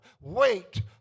wait